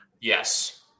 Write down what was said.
yes